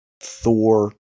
Thor